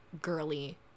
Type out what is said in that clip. girly